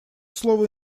слово